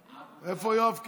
איפה יואב קיש?